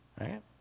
right